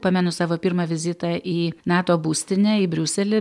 pamenu savo pirmą vizitą į nato būstinę į briuselį